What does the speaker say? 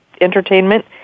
entertainment